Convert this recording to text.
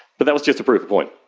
but that was just to prove a point.